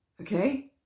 Okay